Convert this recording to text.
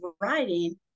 writing